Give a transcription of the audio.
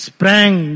Sprang